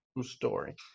story